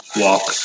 walk